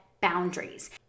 boundaries